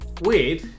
weird